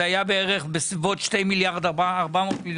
וזה היה בערך 2.4 מיליארד שקלים.